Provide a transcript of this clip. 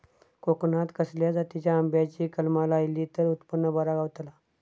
कोकणात खसल्या जातीच्या आंब्याची कलमा लायली तर उत्पन बरा गावताला?